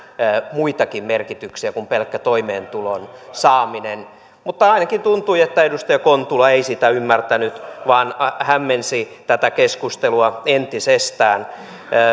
muitakin merkityksiä kuin pelkkä toimeentulon saaminen ainakin tuntui että edustaja kontula ei sitä ymmärtänyt vaan hämmensi tätä keskustelua entisestään